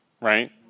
right